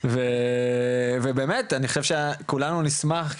ובאמת אני חושב שכולנו נשמח,